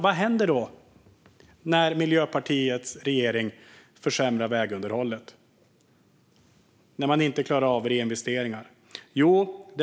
Vad händer då när Miljöpartiet i regeringen försämrar vägunderhållet och inte klarar av reinvesteringar?